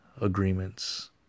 Agreements